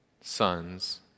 sons